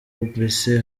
mbese